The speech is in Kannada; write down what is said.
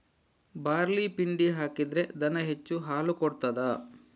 ಬಾರ್ಲಿ ಪಿಂಡಿ ಹಾಕಿದ್ರೆ ದನ ಹೆಚ್ಚು ಹಾಲು ಕೊಡ್ತಾದ?